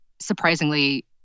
surprisingly